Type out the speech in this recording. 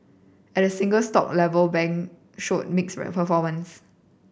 at the single stock level bank showed mixed performances